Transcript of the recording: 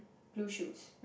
blue shoes